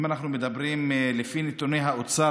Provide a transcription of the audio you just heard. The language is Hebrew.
אם אנחנו מדברים לפי נתוני האוצר,